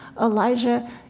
Elijah